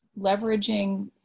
leveraging